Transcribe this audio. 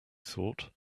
thought